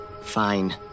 Fine